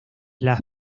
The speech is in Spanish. las